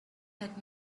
had